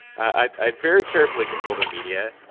i very carefully control their media.